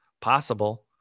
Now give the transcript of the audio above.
Possible